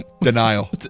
Denial